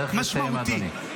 צריך לסיים, אדוני.